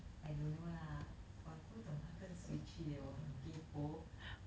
I don't know lah but 不懂她跟谁去 eh 我很 kaypoh